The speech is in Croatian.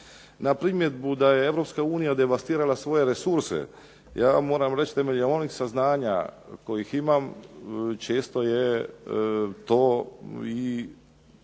Na primjedbu da je Europska unija devastirala svoje resurse, ja moram reći temeljem onih saznanja koje imam često je to i